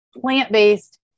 plant-based